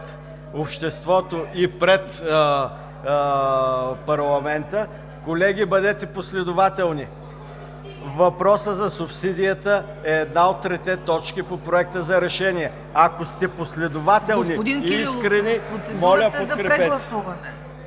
обществото и пред парламента. Колеги, бъдете последователни! Въпросът за субсидията е една от трите точки по Проекта за решение. Ако сте последователни и искрени, моля, подкрепете.